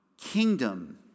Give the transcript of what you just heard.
kingdom